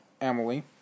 Emily